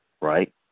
right